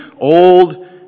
old